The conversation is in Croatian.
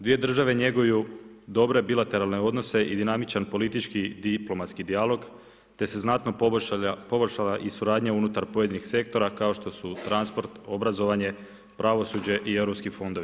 Dvije države njeguju dobre bilateralne odnose i dinamični politički i diplomatski dijalog, te se znatno poboljšala i suradnja unutar sektora, kao što su transport, obrazovanje, pravosuđe i europski fondovi.